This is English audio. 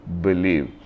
believe